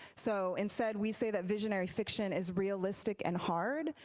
so instead we say that visionary fiction is realistic and hard,